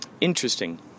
Interesting